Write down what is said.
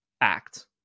act